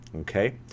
Okay